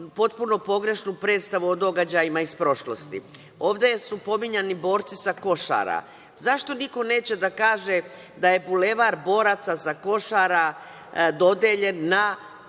potpuno pogrešnu predstavu o događajima iz prošlosti. Ovde su pominjani borci sa Košara. Zašto niko neće da kaže da je Bulevar boraca sa Košara dodeljen na